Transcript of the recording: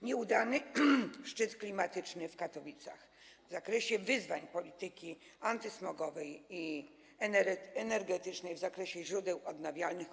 Nieudany szczyt klimatyczny w Katowicach w zakresie wyzwań polityki antysmogowej i energetycznej oraz w zakresie źródeł odnawialnych.